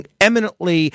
eminently